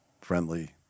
friendly